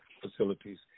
facilities